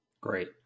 Great